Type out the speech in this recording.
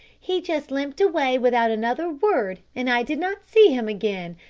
he just limped away without another word and i did not see him again,